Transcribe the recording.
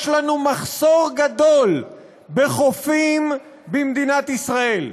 יש לנו מחסור גדול בחופים במדינת ישראל.